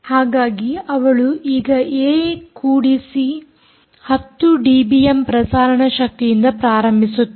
ಹಾಗಾಗಿ ಅವಳು ಈಗ ಏ ಕೂಡಿಸಿ 10 ಡಿಬಿಎಮ್ ಪ್ರಸಾರಣ ಶಕ್ತಿಯಿಂದ ಪ್ರಾರಂಭಿಸುತ್ತಾಳೆ